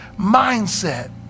mindset